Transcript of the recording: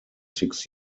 six